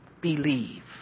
believe